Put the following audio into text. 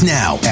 now